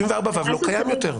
74ו לא קיים יותר.